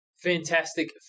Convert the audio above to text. Fantastic